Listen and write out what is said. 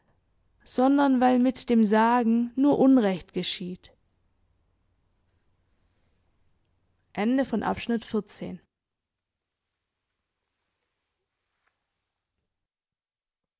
sondern weil mit dem sagen nur unrecht geschieht